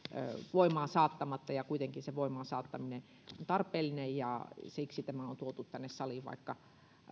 voimaan saattamatta kuitenkin sen voimaan saattaminen on tarpeellinen ja siksi tämä on tuotu tänne saliin vaikka